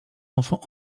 enfants